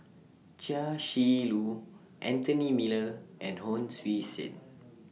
Chia Shi Lu Anthony Miller and Hon Sui Sen